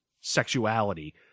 sexuality